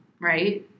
right